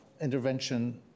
intervention